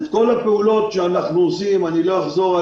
לא אחזור על כל הפעולות שאנחנו עושים על